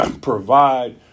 provide